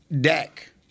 Dak